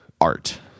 art